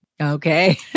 Okay